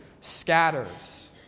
scatters